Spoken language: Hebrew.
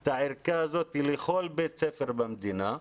את הערכה הזאת לכל בית ספר במדינה,